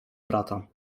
brata